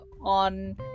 on